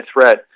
threat